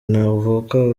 ntavuka